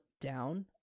down